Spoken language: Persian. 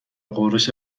غرش